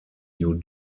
new